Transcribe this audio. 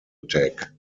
attack